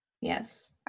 Yes